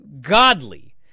godly